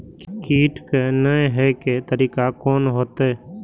कीट के ने हे के तरीका कोन होते?